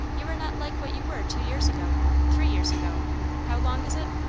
you are not like what you were two years ago three years ago how long is it.